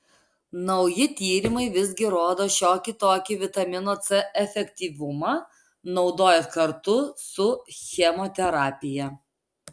nauji tyrimai visgi rodo šiokį tokį vitamino c efektyvumą naudojant kartu su chemoterapija